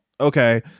Okay